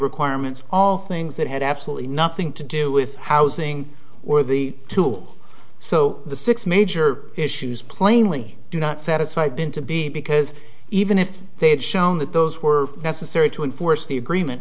requirements all things that had absolutely nothing to do with housing or the two so the six major issues plainly do not satisfy been to be because even if they had shown that those were necessary to enforce the agreement